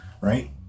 right